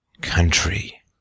country